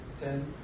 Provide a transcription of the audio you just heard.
ten